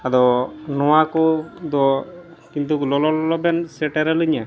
ᱟᱫᱚ ᱱᱚᱣᱟ ᱠᱚᱫᱚ ᱠᱤᱱᱛᱩ ᱞᱚᱞᱚᱵᱮᱱ ᱥᱮᱴᱮᱨᱟᱞᱤᱧᱟᱹ